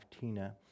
Tina